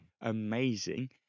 amazing